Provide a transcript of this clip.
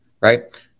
right